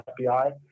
FBI